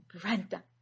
brenda